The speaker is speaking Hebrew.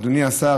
אדוני השר,